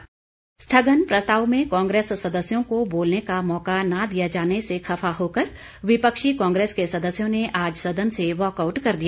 walkout स्थगन प्रस्ताव में कांग्रेस सदस्यों को बोलने का मौका न दिए जाने से खफा होकर विपक्षी कांग्रेस के सदस्यों ने आज सदन से वाकआउट कर दिया